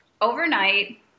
overnight